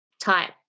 type